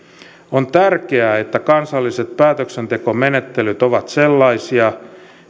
on tärkeää että kansalliset päätöksentekomenettelyt ovat sellaisia